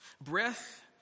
Breath